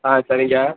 ஆ சரிங்க